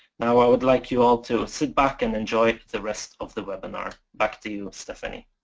now i would like you all to sit back and enjoy the rest of the webinar. back to you, stephanie.